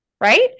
right